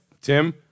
Tim